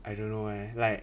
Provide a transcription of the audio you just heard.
I don't know eh like